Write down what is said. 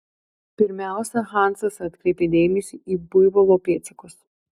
pirmiausia hansas atkreipė dėmesį į buivolo pėdsakus